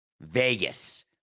Vegas